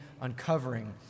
uncovering